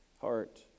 heart